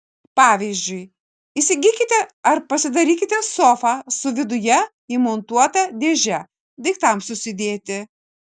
pavyzdžiui įsigykite ar pasidarykite sofą su viduje įmontuota dėže daiktams susidėti